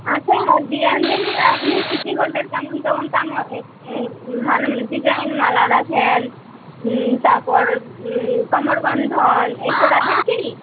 আচ্ছা ডিজাইন দেখি এ আপনি সিটি গোল্ডের কেমন কেমন তামা মানে ডিজাইন মালা রাখেন তারপর কোমর বন্ধন এই সব রাখেন কি